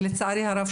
לצערי הרב.